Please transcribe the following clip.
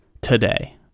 today